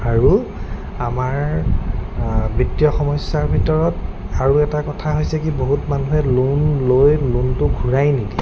আৰু আমাৰ বিত্তীয় সমস্যাৰ ভিতৰত আৰু এটা কথা হৈছে কি বহুত মানুহে লোন লৈ লোনটো ঘূৰাই নেদিয়ে